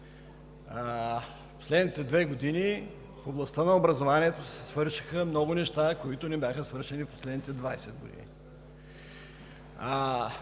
Последните две години в областта на образованието се свършиха много неща, които не бяха свършени в последните 20 години.